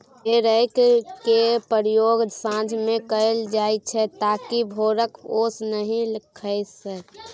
हे रैक केर प्रयोग साँझ मे कएल जाइत छै ताकि भोरक ओस नहि खसय